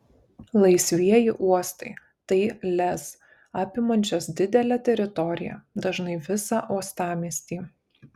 laisvieji uostai tai lez apimančios didelę teritoriją dažnai visą uostamiestį